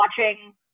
watching